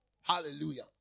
Hallelujah